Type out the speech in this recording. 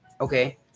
okay